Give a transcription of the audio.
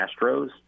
Astros